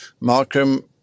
Markham